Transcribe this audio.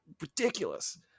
ridiculous